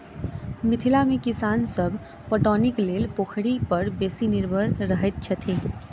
मिथिला मे किसान सभ पटौनीक लेल पोखरि पर बेसी निर्भर रहैत छथि